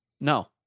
No